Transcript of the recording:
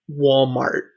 Walmart